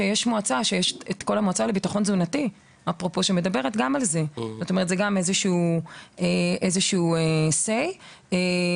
יש את המועצה לביטחון תזונתי שגם לה יש איזה שהוא Say בנושא הזה.